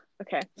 Okay